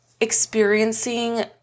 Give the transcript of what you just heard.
experiencing